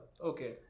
Okay